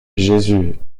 jésus